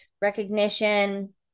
recognition